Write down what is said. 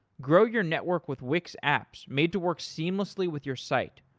grow your network with wix apps made to work seamlessly with your site.